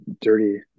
dirty